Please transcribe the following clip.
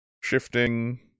Shifting